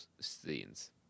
scenes